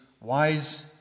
wise